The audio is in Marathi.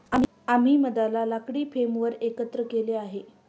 आम्ही मधाला लाकडी फ्रेमवर एकत्र केले आहे